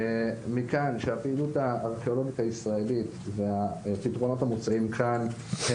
מכאן שהפעילות הארכיאולוגית הישראלית והפתרונות המוצעים כאן הם